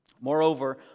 Moreover